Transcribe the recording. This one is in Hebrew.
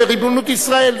בריבונות ישראל?